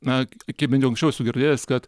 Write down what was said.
na kaip bent jau anksčiau esu girdėjęs kad